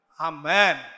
Amen